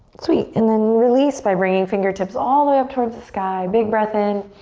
sweet, and then release by bringing fingertips all the way up towards the sky, big breath in.